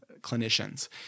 clinicians